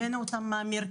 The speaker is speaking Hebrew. הבאנו אותם מהמרכז,